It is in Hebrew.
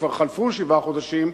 כבר חלפו שבעה חודשים,